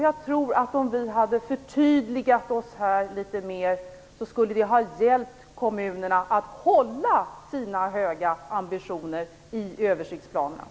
Jag tror att om vi hade varit litet tydligare skulle vi ha hjälpt kommunerna att upprätthålla sina höga ambitioner i översiktsplanerna.